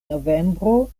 novembro